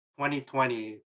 2020